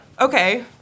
Okay